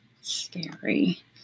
scary